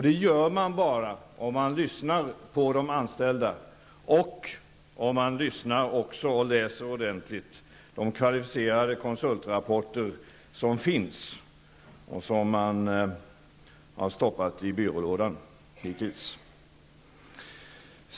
Det gör man bara om man lyssnar på de anställda och om man ordentligt läser de kvalificerade konsultrapporter som finns, men som man har stoppat i byrålådan hittills.